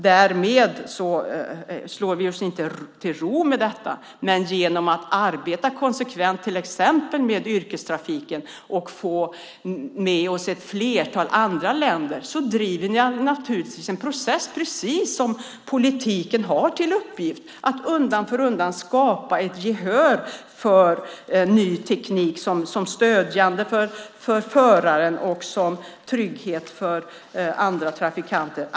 Därmed slår vi oss inte till ro med detta, men genom att arbeta konsekvent till exempel med yrkestrafiken och få med oss ett flertal andra länder driver vi naturligtvis en process, precis som politiken har till uppgift: att undan för undan skapa gehör för ny teknik till stöd för föraren och till trygghet för andra trafikanter.